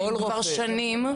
כבר שנים.